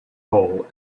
hole